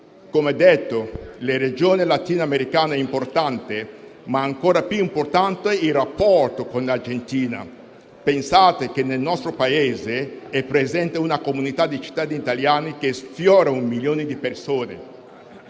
Come ho detto, la regione latino-americana è importante, ma ancora più importante è il rapporto con l'Argentina. Pensate che in questo Paese è presente una comunità di cittadini italiani che sfiora un milione di persone: